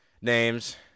names